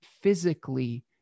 physically